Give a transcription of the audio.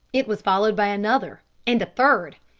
it was followed by another, and a third.